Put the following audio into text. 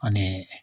अनि